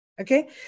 okay